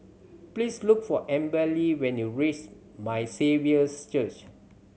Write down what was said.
please look for Amberly when you reach My Saviour's Church